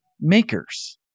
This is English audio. makers